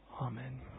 Amen